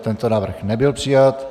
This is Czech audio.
Tento návrh nebyl přijat.